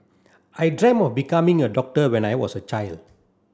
I dreamt of becoming a doctor when I was a child